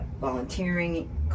volunteering